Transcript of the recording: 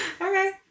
Okay